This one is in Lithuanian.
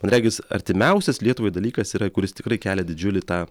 man regis artimiausias lietuvai dalykas yra kuris tikrai kelia didžiulį tą